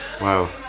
wow